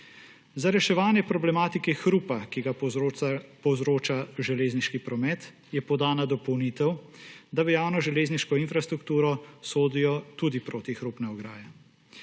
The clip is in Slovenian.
Za reševanje problematike hrupa, ki ga povzroča železniški promet, je podana dopolnitev, da v javno železniško infrastrukturo sodijo tudi protihrupne ograje.